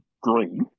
green